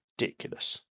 ridiculous